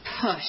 push